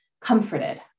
comforted